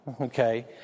okay